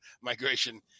migration